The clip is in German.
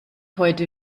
heute